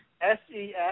S-E-X